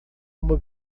uma